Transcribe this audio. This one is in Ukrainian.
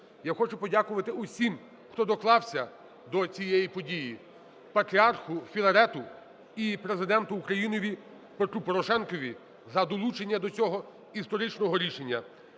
Я хочу подякувати усім, хто доклався до цієї події, Патріарху Філарету і Президенту України Петру Порошенкові за долучення до цього історичного рішення.